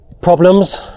problems